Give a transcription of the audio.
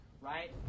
right